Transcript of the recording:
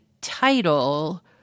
title